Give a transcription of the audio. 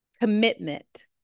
commitment